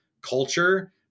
culture